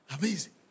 Amazing